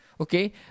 Okay